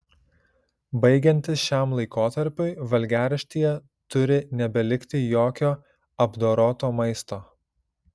baigiantis šiam laikotarpiui valgiaraštyje turi nebelikti jokio apdoroto maisto